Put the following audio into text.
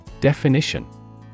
Definition